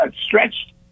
stretched